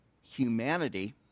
Humanity